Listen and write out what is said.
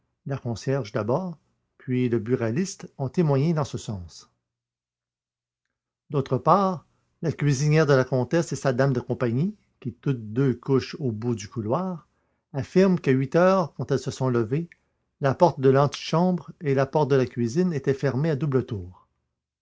la concierge d'abord puis la buraliste ont témoigné dans ce sens d'autre part la cuisinière de la comtesse et sa dame de compagnie qui toutes deux couchent au bout du couloir affirment qu'à huit heures quand elles se sont levées la porte de l'antichambre et la porte de la cuisine étaient fermées à double tour